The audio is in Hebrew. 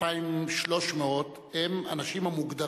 כמובן, בעיית תאונות הדרכים אינה נוגעת רק